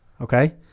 okay